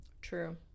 True